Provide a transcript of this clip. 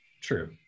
True